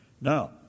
Now